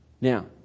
Now